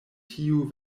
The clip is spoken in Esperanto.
tiu